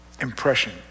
impression